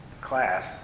class